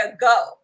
go